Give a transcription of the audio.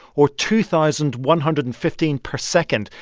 or two thousand one hundred and fifteen per second.